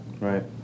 right